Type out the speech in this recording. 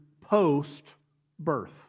post-birth